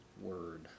word